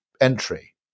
entry